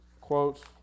quotes